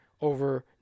over